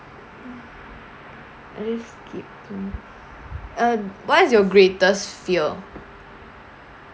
I just skip this uh what's your greatest fear